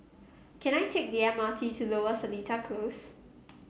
can I take the M R T to Lower Seletar Close